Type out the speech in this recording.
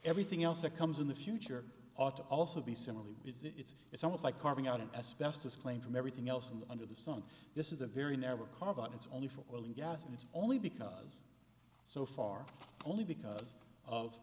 everything else that comes in the future ought to also be similarly it's it's almost like carving out as best as claim from everything else and under the sun this is a very never carve out it's only for oil and gas and it's only because so far only because of